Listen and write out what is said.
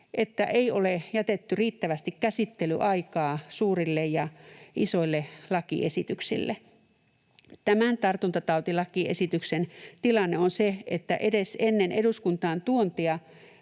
että ei ole jätetty riittävästi käsittelyaikaa suurille ja isoille lakiesityksille. Tämän tartuntatautilakiesityksen tilanne on se, että edes ennen eduskuntaan tuontia